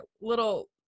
little